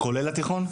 כולל התיכון?